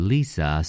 Lisa